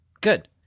Good